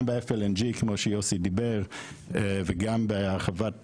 גם ב- FLNGכמו שיוסי דיבר וגם בהרחבת